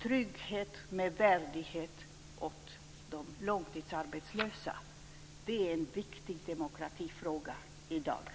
Trygghet med värdighet åt de långtidsarbetslösa är en viktig demokratifråga i dag.